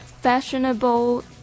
Fashionable